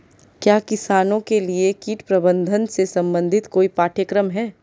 क्या किसानों के लिए कीट प्रबंधन से संबंधित कोई पाठ्यक्रम है?